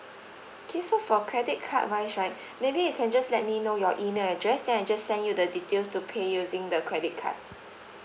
okay so for credit card wise right maybe you can just let me know your email address then I just send you the details to pay using the credit card